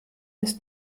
ist